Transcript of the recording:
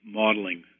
modeling